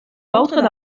baotred